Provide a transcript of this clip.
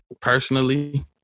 personally